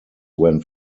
when